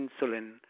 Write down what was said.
insulin